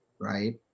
right